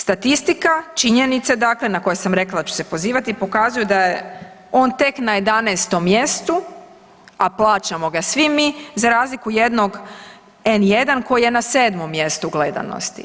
Statistika, činjenice dakle, na koje sam rekla da ću se pozivati, pokazuju da je on tek na 11. mj., a plaćamo ga svi mi za razliku jednog N1 koji je na 7. mjestu gledanosti.